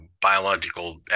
biological